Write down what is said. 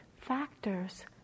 factors